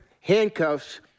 handcuffs